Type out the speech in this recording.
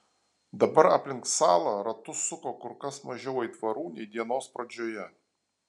dabar aplink salą ratus suko kur kas mažiau aitvarų nei dienos pradžioje